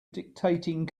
dictating